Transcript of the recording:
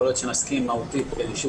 יכול להיות שנסכים מהותית אני לא